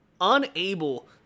unable